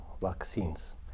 vaccines